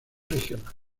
regional